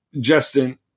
Justin